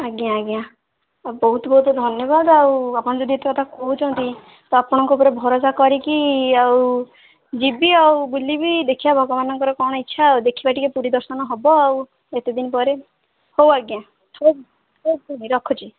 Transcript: ଆଜ୍ଞା ଆଜ୍ଞା ବହୁତ ବହୁତ ଧନ୍ୟବାଦ ଆଉ ଆପଣ ଯଦି ଏତେ କଥା କହୁଛନ୍ତି ତ ଆପଣଙ୍କ ଉପରେ ଭରସା କରିକି ଆଉ ଯିବି ଆଉ ବୁଲିବି ଦେଖିବା ଭଗବାନଙ୍କର କ'ଣ ଇଚ୍ଛା ଆଉ ଦେଖିବା ଟିକିଏ ପୁରୀ ଦର୍ଶନ ହେବ ଆଉ ଏତେ ଦିନ ପରେ ହଉ ଆଜ୍ଞା ହଉ ତାହାଲେ ରଖୁଛି